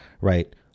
right